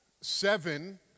seven